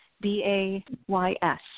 B-A-Y-S